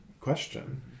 question